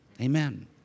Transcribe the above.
Amen